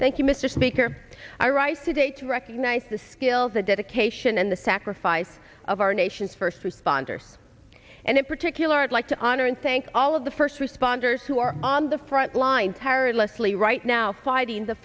thank you mr speaker i write today to recognize the skills the dedication and the sacrifice of our nation's first responders and in particular i'd like to honor and thank all of the first responders who are on the front line tirelessly right now fighting the